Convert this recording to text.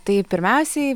tai pirmiausiai